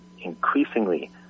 increasingly